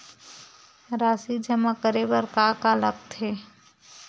राशि जमा करे बर का का लगथे?